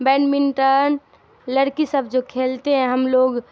badminton لڑکی سب جو کھیلتے ہیں ہم لوگ